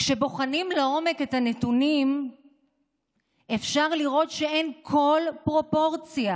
כשבוחנים לעומק את הנתונים אפשר לראות שאין כל פרופורציה